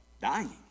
dying